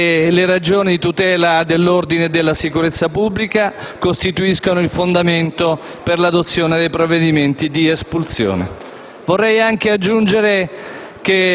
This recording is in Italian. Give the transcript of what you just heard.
E le ragioni di tutela dell'ordine e della sicurezza pubblica costituiscono il fondamento per l'adozione dei provvedimenti di espulsione.